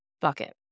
bucket